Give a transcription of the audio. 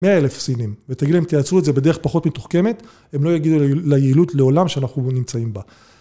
מאה אלף סינים, ותגיד, אם תעצור את זה בדרך פחות מתוחכמת, הם לא יגידו ליעילות לעולם שאנחנו נמצאים בה.